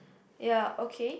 ya okay